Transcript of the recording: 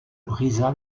brisa